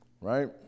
Right